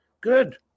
Good